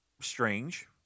strange